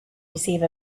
receive